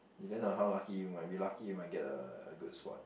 depends on how lucky you might be lucky you might get a a good spot